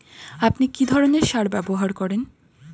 আপনি কী ধরনের সার ব্যবহার করেন?